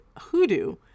Hoodoo